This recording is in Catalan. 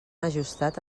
ajustat